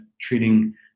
treating